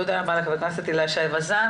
תודה לחברת הכנסת הילה שי וזאן.